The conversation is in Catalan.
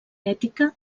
ètica